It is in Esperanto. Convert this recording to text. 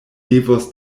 devos